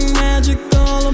magical